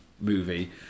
movie